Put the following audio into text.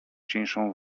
cieńszą